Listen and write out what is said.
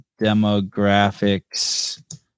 demographics